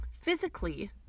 physically